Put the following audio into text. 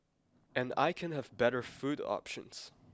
and I can have better food options